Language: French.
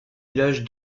village